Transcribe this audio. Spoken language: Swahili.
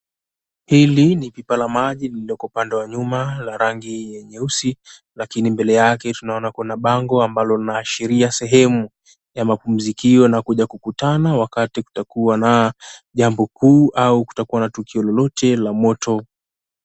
Hili ni pipa la maji lililoko upande wa nyuma la rangi ya nyeusi. Lakini mbele yake tunaona kuna bango ambalo linaashiria sehemu ya mapumzikio na kuja kukutana wakati kutakuwa na jambo kuu au kutakuwa na tukio lolote la moto.